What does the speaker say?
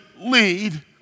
lead